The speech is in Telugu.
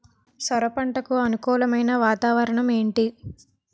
సొర పంటకు అనుకూలమైన వాతావరణం ఏంటి?